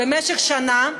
במשך שנה,